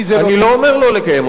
אני לא אומר לא לקיים אותו,